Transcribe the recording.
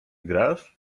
grasz